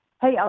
Hey